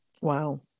Wow